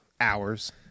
hours